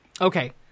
Okay